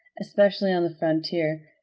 especially on the frontier,